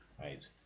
right